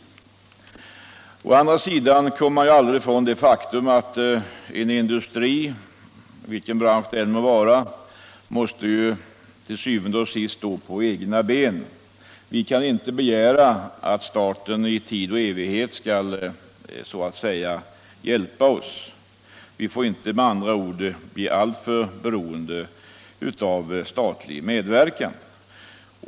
Å andra sidan kommer man aldrig ifrån det faktum att en industri, vilken bransch det än må vara, til syvende og sidst måste stå på egna ben. Vi kan inte begära att staten för tid och evighet skall hjälpa oss. Vi får med andra ord inte bli alltför beroende av statlig medverkan.